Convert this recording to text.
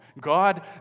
God